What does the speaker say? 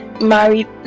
married